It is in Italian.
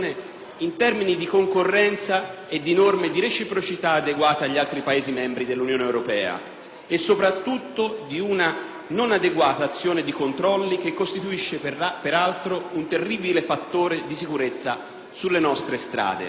in termini di concorrenza e di norme di reciprocità adeguata agli altri Paesi membri dell'Unione europea e soprattutto di una non adeguata azione di controlli, che costituisce peraltro un terribile fattore di insicurezza sulle nostre strade.